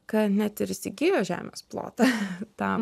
kad net ir įsigijo žemės plotą